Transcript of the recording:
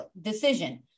decision